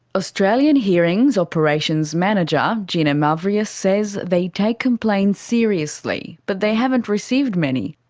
australian hearing's operations manager, gina mavrias, says they take complaints seriously but they haven't received many.